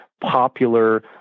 popular